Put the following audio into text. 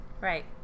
Right